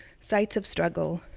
sights of struggle,